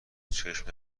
چشم